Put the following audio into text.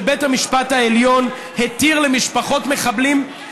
שבית המשפט העליון התיר למשפחות מחבלים,